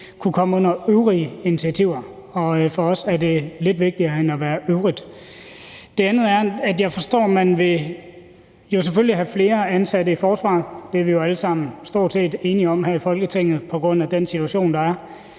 kunne komme under øvrige initiativer, og for os er det lidt vigtigere end at være »øvrigt«. Den anden er, at jeg forstår, at man jo selvfølgelig vil have flere ansatte i forsvaret – det er vi jo alle sammen stort set enige om her i Folketinget på grund af den situation, der er